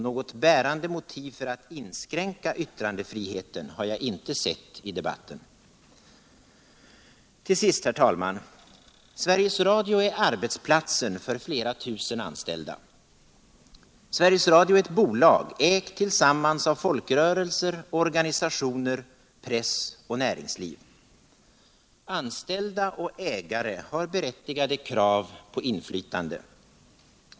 Något bärande motiv för att inskränka yttrandefriheten har jag inte sett i debatten. Så till sist, herr talman! Sveriges Radio är arbetsplatsen för flera tusen anställda. Sveriges Radio är ett bolag ägt tillsammans av folkrörelser, organisationer, press och näringsliv. Anställda och ägare har berättigade krav på inflytande.